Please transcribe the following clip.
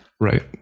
Right